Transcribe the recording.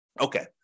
Okay